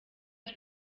ist